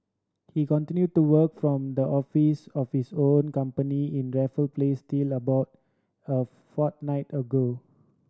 he continued to work from the office office of own company in Raffles Place till about a fortnight ago